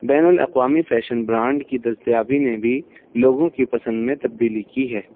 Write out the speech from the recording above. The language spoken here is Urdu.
بین الاقوامی فیشن برانڈ کی دستیابی نے بھی لوگوں کی پسند میں تبدیلی کی ہے